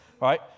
right